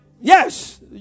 Yes